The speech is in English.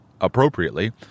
appropriately